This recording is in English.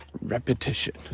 repetition